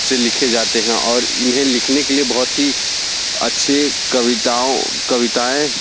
से लिखे जाते हैं और इन्हें लिखने के लिए बहुत ही अच्छी कविताओं कविताएँ